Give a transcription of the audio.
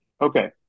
Okay